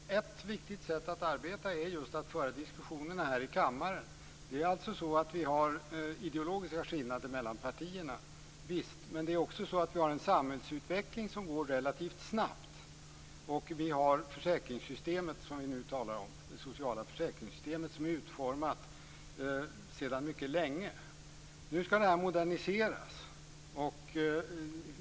Fru talman! Jag tror att ett viktigt sätt att arbeta är just att föra diskussionerna här i kammaren. Det finns ideologiska skillnader mellan partierna - visst! Men vi har också en samhällsutveckling som går relativt snabbt. Vidare har vi det försäkringssystem som vi nu talar om - det sociala försäkringssystemet, som utformades för länge sedan. Nu skall detta moderniseras.